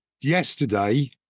Yesterday